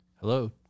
Hello